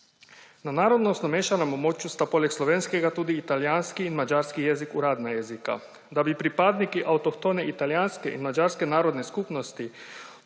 Na narodnostno mešanem območju sta poleg slovenskega tudi italijanski in madžarski jezik uradna jezika. Da bi pripadniki avtohtone italijanske in madžarske narodne skupnosti